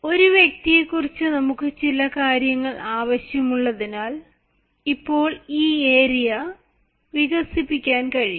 ഒരു വ്യക്തിയെക്കുറിച്ച് നമുക്ക് ചില കാര്യങ്ങൾ ആവശ്യമുള്ളതിനാൽ ഇപ്പോൾ ഈ ഏരിയ വികസിപ്പിക്കാൻ കഴിയും